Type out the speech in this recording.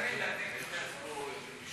בבקשה, אדוני, שלוש דקות, ואנו מקפידים על